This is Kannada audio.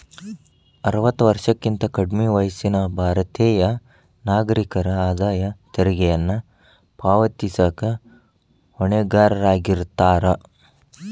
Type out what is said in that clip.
ಅರವತ್ತ ವರ್ಷಕ್ಕಿಂತ ಕಡ್ಮಿ ವಯಸ್ಸಿನ ಭಾರತೇಯ ನಾಗರಿಕರ ಆದಾಯ ತೆರಿಗೆಯನ್ನ ಪಾವತಿಸಕ ಹೊಣೆಗಾರರಾಗಿರ್ತಾರ